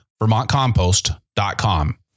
VermontCompost.com